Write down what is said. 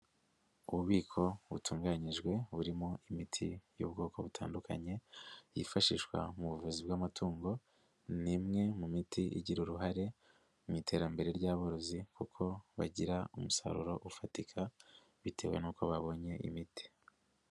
Ububiko butunganyijwe burimo imiti y'ubwoko butandukanye, yifashishwa mu buvuzi bw'amatungo, ni imwe mu miti igira uruhare mu iterambere ry'aborozi kuko bagira umusaruro ufatika, bitewe n'uko babonye imiti.